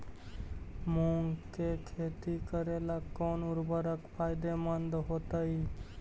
मुंग के खेती करेला कौन उर्वरक फायदेमंद होतइ?